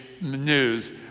news